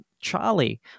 Charlie